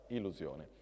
Illusione